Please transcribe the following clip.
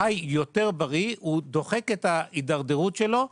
הוא חי יותר בריא ובכך דוחק את ההתדרדרות שלו.